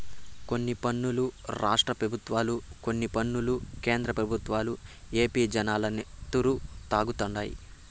కొన్ని పన్నులు రాష్ట్ర పెబుత్వాలు, కొన్ని పన్నులు కేంద్ర పెబుత్వాలు ఏపీ జనాల నెత్తురు తాగుతండాయి